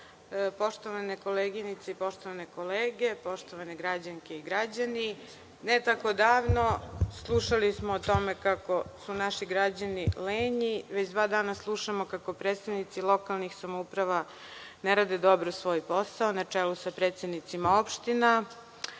koleginice i poštovane kolege, poštovane građanke i građani, ne tako davno slušali smo o tome kako su naši građani lenji, već dva dana slušamo kako predstavnici lokalnih samouprava ne rade dobro svoj posao na čelu sa predsednicima opština,